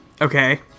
Okay